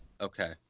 Okay